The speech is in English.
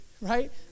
right